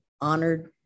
honored